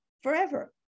forever